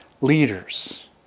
leaders